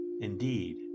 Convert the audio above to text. Indeed